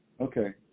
Okay